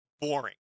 boring